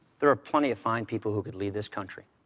there are plenty of fine people who could lead this country.